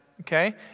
Okay